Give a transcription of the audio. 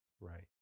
right